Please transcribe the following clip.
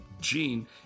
Gene